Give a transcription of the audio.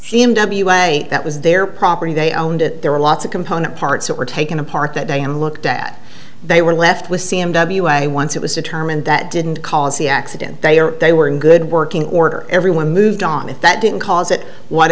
c m w way that was their property they owned it there were lots of component parts that were taken apart that day and looked at they were left with c m w i once it was determined that didn't cause the accident they are they were in good working order everyone moved on if that didn't cause it what